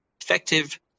effective